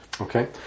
Okay